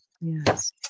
Yes